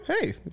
hey